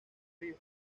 río